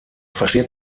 versteht